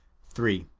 three.